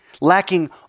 lacking